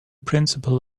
principle